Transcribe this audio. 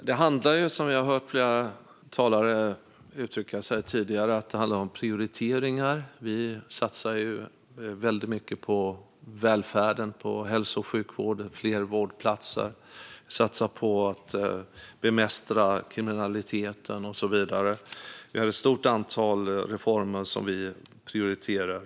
Fru talman! Som flera talare har uttryckt tidigare handlar det ju om prioriteringar. Vi satsar väldigt mycket på välfärden, hälso och sjukvården och fler vårdplatser. Vi satsar på att bekämpa kriminaliteten och så vidare. Vi har ett stort antal reformer som vi prioriterar.